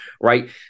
right